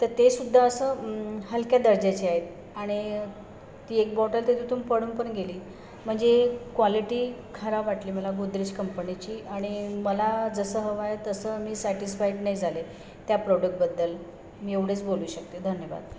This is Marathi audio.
तर ते सुद्धा असं हलक्या दर्जाचे आहे आणि ती एक बॉटल तर तिथून पडून पण गेली म्हणजे क्वालिटी खराब वाटली मला गोदरेज कंपनीची आणि मला जसं हवं आहे तसं मी सॅटिस्फाईड नाही झाले त्या प्रॉडक्टबद्दल मी एवढेच बोलू शकते धन्यवाद